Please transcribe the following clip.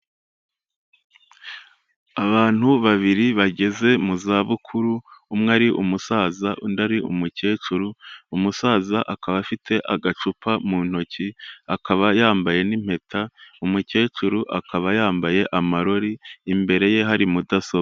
Abantu babiri bageze mu zabukuru, umwe ari umusaza undi ari umukecuru, umusaza akaba afite agacupa mu ntoki, akaba yambaye n'impeta, umukecuru akaba yambaye amarori, imbere ye hari mudasobwa.